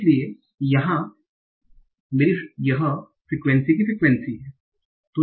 इसलिए यह मेरी फ्रिक्वेन्सी की फ्रिक्वेन्सी है